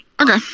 okay